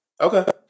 Okay